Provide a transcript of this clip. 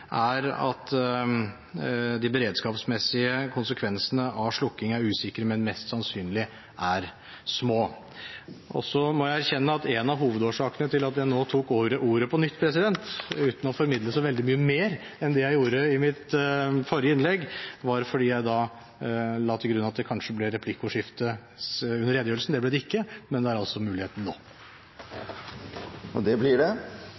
er at «de beredskapsmessige konsekvensene av slukkingen av FM-nettet og overgang til DAB er usikre, men mest sannsynlig små». Jeg må erkjenne at en av hovedårsakene til at jeg nå tok ordet på nytt, uten å formidle så veldig mye mer enn det jeg gjorde i mitt forrige innlegg, var at jeg la til grunn at det kanskje ble replikkordskifte etter redegjørelsen. Det ble det ikke, men det er altså mulighet for det nå. Det blir